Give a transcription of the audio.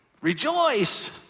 rejoice